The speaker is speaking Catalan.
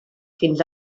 fins